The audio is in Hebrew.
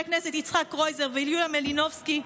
הכנסת יצחק קרויזר ויוליה מלינובסקי,